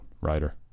writer